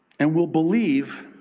and will believe